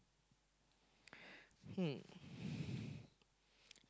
hmm